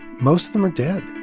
most of them are dead